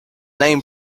name